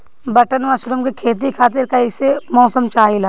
Button mushroom के खेती खातिर कईसे मौसम चाहिला?